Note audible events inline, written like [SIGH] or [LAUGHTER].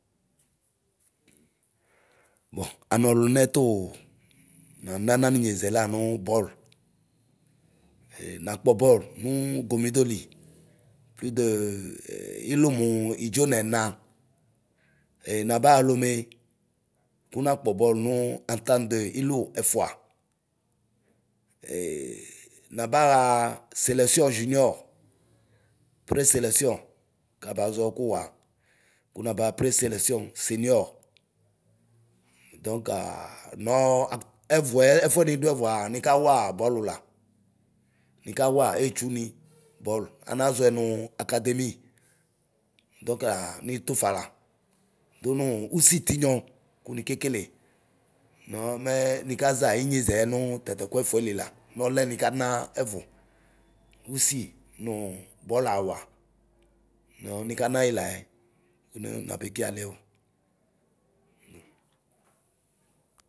Bɔ, anɔlunɛ tuu nana naninyeʒɛ lanuu Bɔl, [HESITATION] nakpɔbɔl nuu Gomido li plidee ilʋ mu idʒonɛna. [HESITATION] nabaɣa Lome ku nakpɔbɔl nuu Aŋtaŋt de ɩlʋ ɛfua. [HESITATION] nabaɣa selisiɔ zinɩɔ preselɛsiɔ kabaʒɔ kuɣa, kunabaɣa preselɛsiɔ senɩɔ. Dɔŋkaa, nɔɔ a ɛvuɛ ɛfuɛnidu ɛvua nikaωa etsuni anaʒɔɛ nuu akademi. Dɔŋkaa nitufala du nuu usi tinyɔ ku nikekele; nɔɔ mɛ nikaʒa inyeʒe nu tatɛ ku ɛfuɛli la; nɔluɛ nika na ɛvu; usi nu bɔlʋaωa. Nɔɔ nikanayi laɛ kn nabekialiɛ o.